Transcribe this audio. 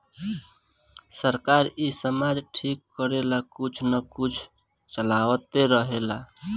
सरकार इ समाज ठीक करेला कुछ न कुछ चलावते रहेले